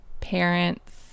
parents